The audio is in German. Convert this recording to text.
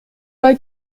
bei